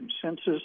consensus